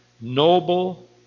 noble